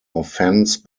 offence